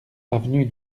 avenue